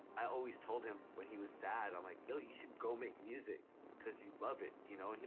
i always told him when he was sad, i'm like, yo, you should go make music cause you love it. you know, and he'd